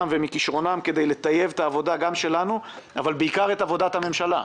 ומכישרונם כדי לטייב את העבודה גם שלנו אבל בעיקר את עבודת הממשלה.